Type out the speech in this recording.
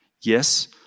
Yes